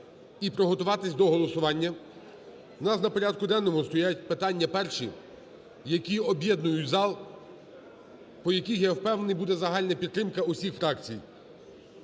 і приготуватися до голосування. У нас на порядку денному стоять питання перші, які об'єднують зал, по яких, я впевнений, буде загальна підтримка усіх фракцій